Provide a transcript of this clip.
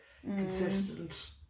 consistent